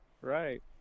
right